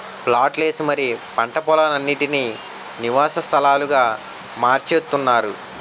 ప్లాట్లు ఏసి మరీ పంట పోలాలన్నిటీనీ నివాస స్థలాలుగా మార్చేత్తున్నారు